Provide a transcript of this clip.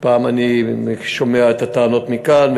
פעם אני שומע את הטענות מכאן,